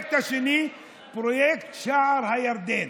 הפרויקט השני, פרויקט שער הירדן.